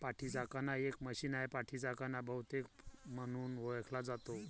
पाठीचा कणा एक मशीन आहे, पाठीचा कणा बहुतेक म्हणून ओळखला जातो